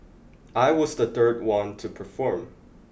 I was the third one to perform